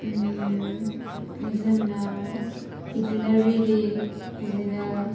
जोंना बिदिनो रेलि बिदिनो